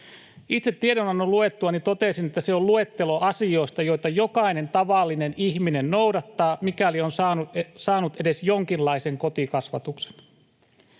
Itse tiedonannon luettuani totesin, että se on luettelo asioista, joita jokainen tavallinen ihminen noudattaa, mikäli on saanut edes jonkinlaisen kotikasvatuksen.